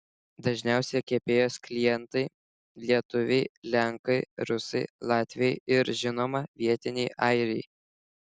dažniausi kepėjos klientai lietuviai lenkai rusai latviai ir žinoma vietiniai airiai